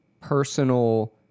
personal